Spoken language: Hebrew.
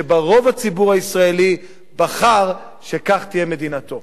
שבה רוב הציבור הישראלי בחר שכך תהיה מדינתו.